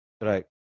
Right